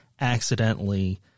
accidentally